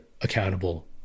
accountable